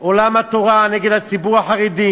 עולם התורה, נגד הציבור החרדי,